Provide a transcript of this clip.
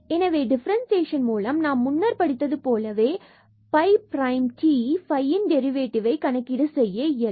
எனவே டிபரன்ஸ்சியேஷன் மூலம் நாம் முன்னர் படித்தது போலவே நம்மால் phi prime t phi ன் டெரிவேடிவ் கணக்கீடு செய்ய இயலும்